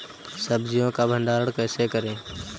सब्जियों का भंडारण कैसे करें?